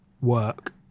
work